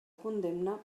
condemna